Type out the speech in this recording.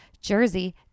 jersey